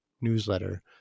newsletter